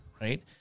right